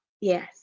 yes